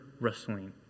wrestling